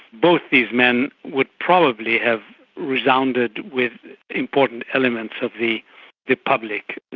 both these men would probably have resounded with important elements of the republic.